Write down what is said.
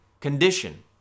condition